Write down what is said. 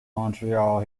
montreal